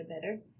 better